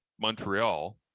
Montreal